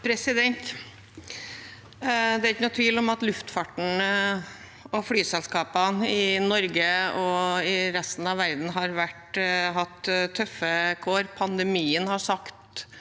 Det er ingen tvil om at luftfarten og flyselskapene i Norge og resten av verden har hatt tøffe kår. Pandemien har satt